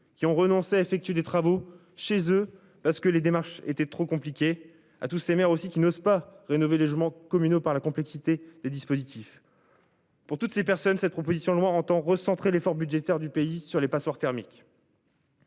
qui ont renoncé à effectuer des travaux chez eux parce que les démarches étaient trop compliqué à tous ces mères aussi qui n'osent pas rénover logements communaux par la complexité des dispositifs. Pour toutes ces personnes. Cette proposition de loi entend recentrer l'effort budgétaire du pays sur les passoires thermiques.